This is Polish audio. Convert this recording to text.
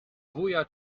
wuja